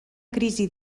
crisi